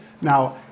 now